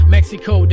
Mexico